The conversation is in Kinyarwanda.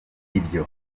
ibyo